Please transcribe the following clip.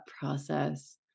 process